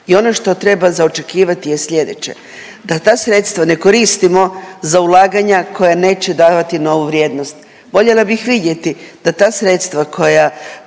i ono što treba za očekivati je sljedeće da ta sredstva ne koristimo za ulaganja koja neće davati novu vrijednost. Voljela bih vidjeti da ta sredstva koja